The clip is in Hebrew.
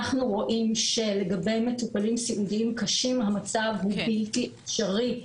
אנחנו רואים שלגבי מטופלים סיעודיים קשים המצב הוא בלתי אפשרי.